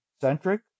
centric